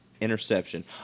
interception